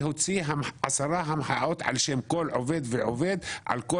להוציא עשרה המחאות על שם כל עובד ועובד על כל